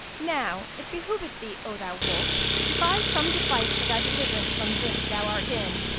now it behoveth thee, o thou wolf, to devise some device for thy deliverance from this thou art in,